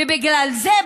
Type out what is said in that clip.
ובגלל זה,